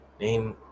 name